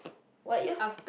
what year